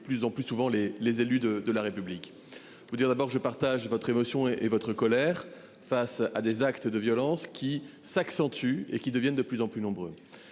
plus en plus souvent les, les élus de la République. Il faut dire d'abord, je partage votre émotion et votre colère face à des actes de violence qui s'accentue et qui devient de plus en plus nombreux.